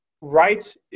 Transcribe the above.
rights